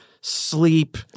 sleep